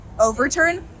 Overturn